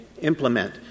implement